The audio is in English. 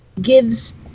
gives